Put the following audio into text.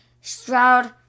Stroud